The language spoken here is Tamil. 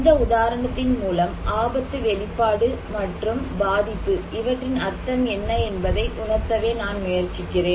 இந்த உதாரணத்தின் மூலம் ஆபத்து வெளிப்பாடு மற்றும் பாதிப்பு இவற்றின் அர்த்தம் என்ன என்பதை உணர்த்தவே நான் முயற்சிக்கிறேன்